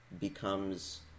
becomes